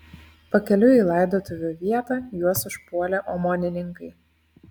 pakeliui į laidotuvių vietą juos užpuolė omonininkai